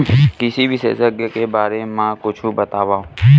कृषि विशेषज्ञ के बारे मा कुछु बतावव?